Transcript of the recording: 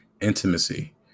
intimacy